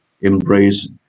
embrace